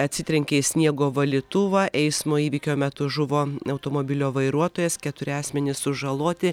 atsitrenkė į sniego valytuvą eismo įvykio metu žuvo automobilio vairuotojas keturi asmenys sužaloti